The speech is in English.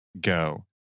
Go